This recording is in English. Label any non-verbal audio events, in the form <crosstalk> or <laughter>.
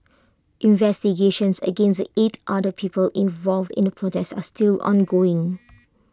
investigations against the eight other people involved in the protest are still <noise> ongoing